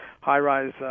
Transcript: high-rise